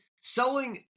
selling